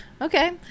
Okay